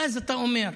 ואז אתה אומר,